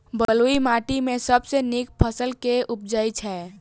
बलुई माटि मे सबसँ नीक फसल केँ उबजई छै?